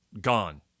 Gone